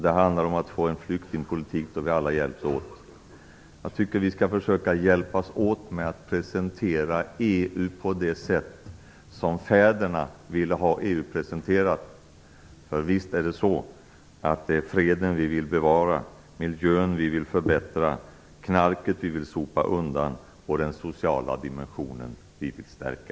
Det handlar om att få en flyktingpolitik där vi alla hjälps åt. Jag tycker att vi skall försöka hjälpas åt med att presentera EU på det sätt som fäderna ville ha EU presenterat, för visst är det så att det är freden vi vill bevara, miljön vi vill förbättra, knarket vi vill sopa undan och den sociala dimensionen vi vill stärka!